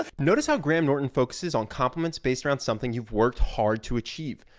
ah notice how graham norton focuses on compliments based around something you've worked hard to achieve.